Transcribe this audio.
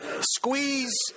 squeeze